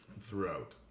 throughout